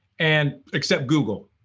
and, except google.